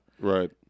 right